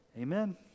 Amen